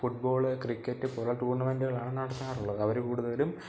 football cricket പോലുള്ള ടൂർണമെൻ്റുകളാണ് നടത്താറുള്ളത് അവർ കൂടുതലും